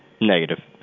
Negative